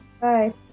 Bye